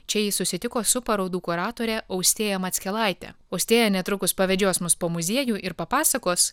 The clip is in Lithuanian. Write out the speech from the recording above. čia ji susitiko su parodų kuratore austėja mackelaite austėja netrukus pavedžios mus po muziejų ir papasakos